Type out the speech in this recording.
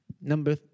Number